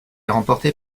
remportée